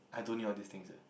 I don't need all these things eh